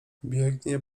biegnie